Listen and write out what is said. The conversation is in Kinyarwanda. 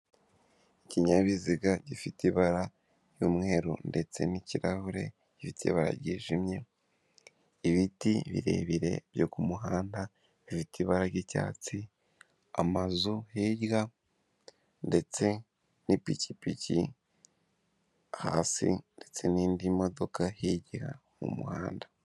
Ikinyabiziga gifite ibara ry'umweru ndetse n'ikirahure gifite ibara ryijimye, ibiti birebire byo ku muhanda bifite ibara ry'icyatsi, amazu hirya ndetse n'ipikipiki hasi ndetse n'indi modoka hirya mu muhanda.